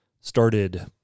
started